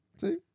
See